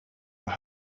were